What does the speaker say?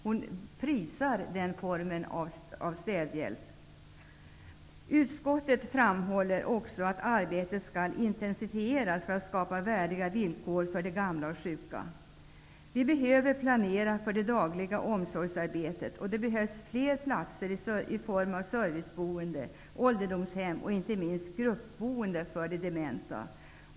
Hon prisar den formen av städhjälp. Utskottet framhåller också att arbetet skall intensifieras för att skapa värdiga villkor för de gamla och sjuka. Vi behöver planera för det dagliga omsorgsarbetet. Det behövs fler platser i form av serviceboende, ålderdomshem och inte minst gruppboende för de dementa.